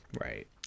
right